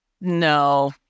No